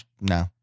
No